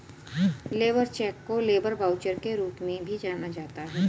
labour cheque को labour voucher के रूप में भी जाना जाता है